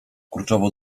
kurczowo